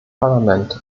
parlament